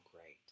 great